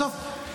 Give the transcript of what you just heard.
בסוף,